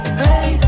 hey